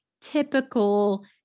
typical